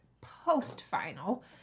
post-final